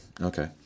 Okay